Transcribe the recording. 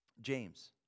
James